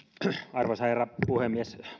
arvoisa herra puhemies